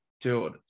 Dude